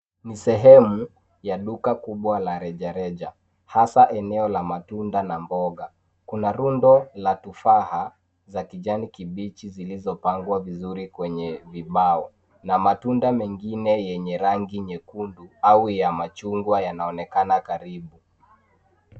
Ni sehemu ya duka kubwa la rejareja hasa eneo ya matunda na mboga. Kuna rundo la tufaha la kijani kibichi zilizopangwa vizuri kwenye vibao na matunda mengine yenye rangi nyekundu au ya machungwa yanaonekana karibu.